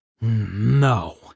No